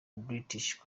british